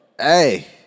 Hey